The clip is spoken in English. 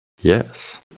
Yes